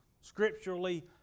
Scripturally